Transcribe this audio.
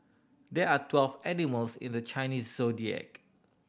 there are twelve animals in the Chinese Zodiac